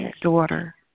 daughter